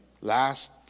Last